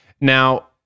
Now